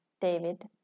David